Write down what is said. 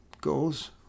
goes